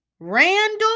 Randall